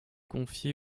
confié